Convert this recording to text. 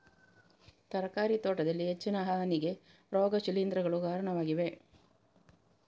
ತರಕಾರಿ ತೋಟದಲ್ಲಿ ಹೆಚ್ಚಿನ ಹಾನಿಗೆ ರೋಗ ಶಿಲೀಂಧ್ರಗಳು ಕಾರಣವಾಗಿವೆ